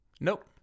Nope